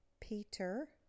Peter